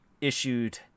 issued